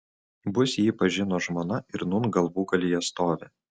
bus jį pažinus žmona ir nūn galvūgalyje stovi